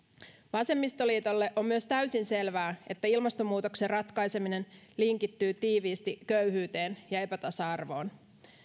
vasemmistoliitolle on myös täysin selvää että ilmastonmuutoksen ratkaiseminen linkittyy tiiviisti köyhyyteen ja epätasa arvoon